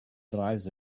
drives